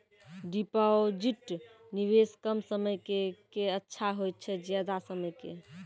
Deposit निवेश कम समय के के अच्छा होय छै ज्यादा समय के?